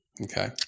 okay